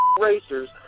racers